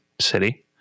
city